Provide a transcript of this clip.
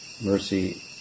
mercy